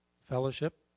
fellowship